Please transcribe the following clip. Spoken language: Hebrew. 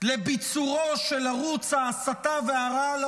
לביצורו של ערוץ ההסתה והרעל,